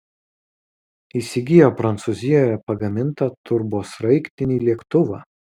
įsigijo prancūzijoje pagamintą turbosraigtinį lėktuvą